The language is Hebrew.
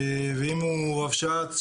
ואם הוא רבש"ץ שיודע,